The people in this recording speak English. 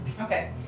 Okay